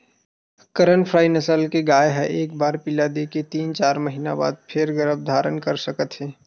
करन फ्राइ नसल के गाय ह एक बार पिला दे के तीन, चार महिना बाद म फेर गरभ धारन कर सकत हे